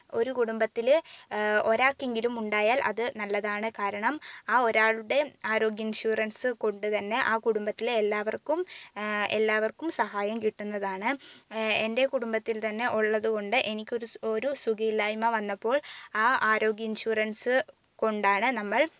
ഒരു കുടുംബത്തില് ഒരാൾക്കെങ്കിലും ഉണ്ടായാൽ അത് നല്ലതാണ് കാരണം ആ ഒരാളുടെ ആരോഗ്യ ഇൻഷുറൻസ് കൊണ്ട് തന്നെ ആ കുടുംബത്തിലെ എല്ലാവർക്കും എല്ലാവർക്കും സഹായം കിട്ടുന്നതാണ് എൻ്റെ കുടുംബത്തിൽത്തന്നെ ഉള്ളത് കൊണ്ട് എനിക്കൊരു ഒരു സുഖമില്ലായ്മ വന്നപ്പോൾ ആ ആരോഗ്യ ഇൻഷുറൻസ് കൊണ്ടാണ് നമ്മൾ